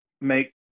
make